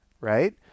right